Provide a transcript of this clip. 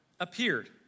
appeared